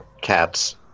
cats